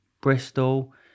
Bristol